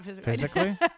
physically